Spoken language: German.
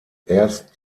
erst